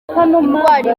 indwara